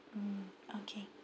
mm okay